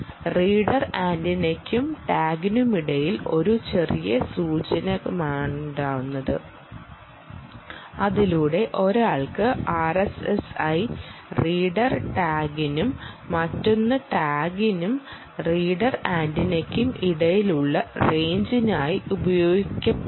reader ആന്റിനയ്ക്കും ടാഗിനുമിടയിൽ ഒരു ചെറിയ സൂചകമുണ്ടെന്നാണ് ഇതിനർത്ഥം അതിലൂടെ ഒരാൾക്ക് ആർഎസ്എസ്ഐയെ റീഡർ ടാഗിനും മറ്റൊന്ന് ടാഗിനും റീഡർ ആന്റിനയ്ക്കും ഇടയിലുള്ള റേഞ്ചിനായി ഉപയോഗപ്പെടുത്താം